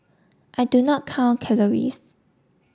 I do not count calories